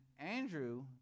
Andrew